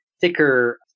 thicker